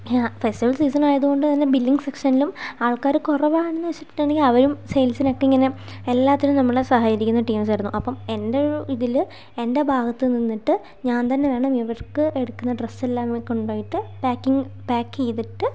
festival സീസണായതുകൊണ്ട് തന്നെ billing സെക്ഷനിലും ആൾക്കാർ കുറവാണെന്ന് വച്ചിട്ടുണ്ടെങ്കിൽ അവരും സെയിൽസിനൊക്കെ ഇങ്ങനെ എല്ലാത്തിലും നമ്മളെ സഹകരിക്കുന്ന ടീംസായിരുന്നു അപ്പം എൻ്റെ ഒരു ഇതിൽ എൻ്റെ ഭാഗത്തു നിന്നിട്ട് ഞാൻ തന്നെ വേണം ഇവർക്ക് എടുക്കുന്ന ഡ്രെസ്സെല്ലാം ഇങ്ങനെ കൊണ്ടുപോയിട്ട് പാക്കിങ്ങ് പാക്ക് ചെയ്തിട്ട്